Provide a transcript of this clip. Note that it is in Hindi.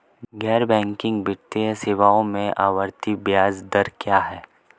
गैर बैंकिंग वित्तीय सेवाओं में आवर्ती ब्याज दर क्या है?